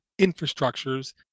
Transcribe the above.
infrastructures